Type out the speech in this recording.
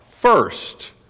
First